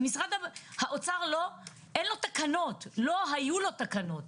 לאוצר אין תקנות, לא היו לו תקנות.